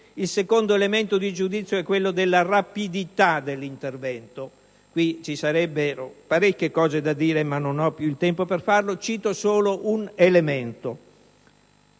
il secondo elemento di giudizio è quello della rapidità dell'intervento. Ci sarebbero qui molte cose da dire ma non ho il tempo per farlo. Cito solo un elemento.